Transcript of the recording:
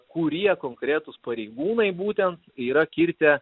kurie konkretūs pareigūnai būtent yra kirtę